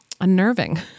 unnerving